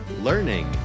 learning